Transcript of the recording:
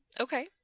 Okay